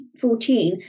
2014